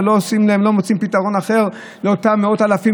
ולא מוצאים פתרון אחר לאותם מאות אלפים